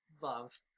love